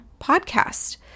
podcast